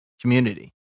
community